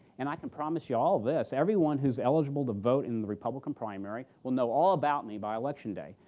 and i can promise you all this, everyone who's eligible to vote in the republican primary will know all about me by election day.